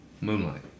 Moonlight